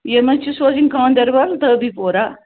یِم حظ چھِ سوزٕنۍ گانٛدَربَل دٲبی پورہ